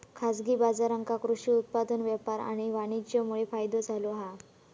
खाजगी बाजारांका कृषि उत्पादन व्यापार आणि वाणीज्यमुळे फायदो झालो हा